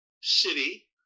city